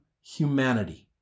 humanity